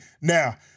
now